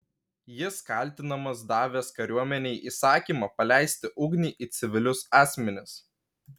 jis kaltinamas davęs kariuomenei įsakymą paleisti ugnį į civilius asmenis